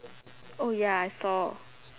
oh ya I saw